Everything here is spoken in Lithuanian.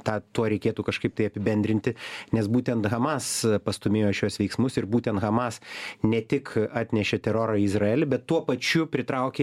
tą tuo reikėtų kažkaip tai apibendrinti nes būtent hamas pastūmėjo šiuos veiksmus ir būtent hamas ne tik atnešė terorą į izraelį bet tuo pačiu pritraukė